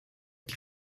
die